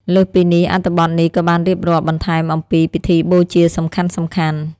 លើសពីនេះ អត្ថបទនេះក៏បានរៀបរាប់បន្ថែមអំពី ពិធីបូជាសំខាន់ៗ។